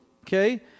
okay